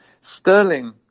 sterling